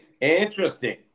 Interesting